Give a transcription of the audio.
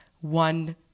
one